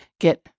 get